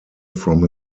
from